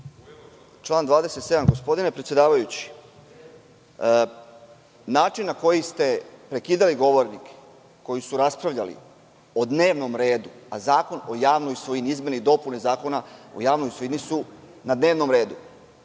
članu 27.Gospodine predsedavajući, način na koji ste prekidali govornike koji su raspravili o dnevnom redu, a izmene i dopune Zakona o javnoj svojini su na dnevnom redu,